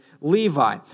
Levi